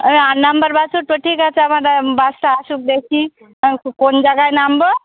আর number বাসের তো ঠিক আছে আমার বাসটা আসুক দেখি কোন জায়গায় নামবো